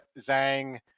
Zhang